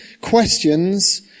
questions